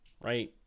right